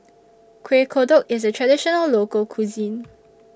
Kueh Kodok IS A Traditional Local Cuisine